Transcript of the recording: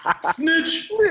Snitch